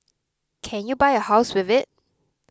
can you buy a house with it